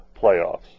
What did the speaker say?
playoffs